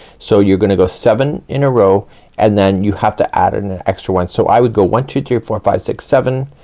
so you're gonna go seven in a row and then you have to add an extra one. so i would go one two three four five six seven,